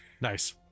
Nice